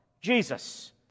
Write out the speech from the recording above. Jesus